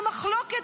במחלוקת,